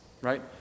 right